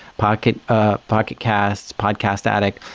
pocket ah pocket casts, podcast addict.